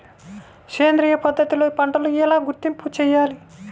సేంద్రియ పద్ధతిలో పంటలు ఎలా గుర్తింపు చేయాలి?